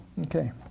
Okay